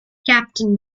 captain